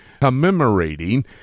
commemorating